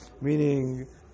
Meaning